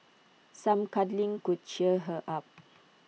some cuddling could cheer her up